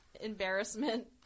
embarrassment